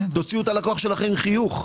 תוציאו את הלקוח שלכם עם חיוך.